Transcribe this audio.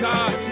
God